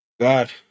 God